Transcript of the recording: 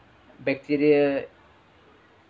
bacteria